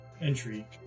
entry